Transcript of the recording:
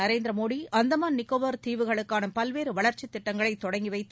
நரேந்திர மோடி அந்தமான் நிகோபார் தீவுகளுக்கான பல்வேறு வளர்ச்சித் திட்டங்களை தொடங்கி வைத்து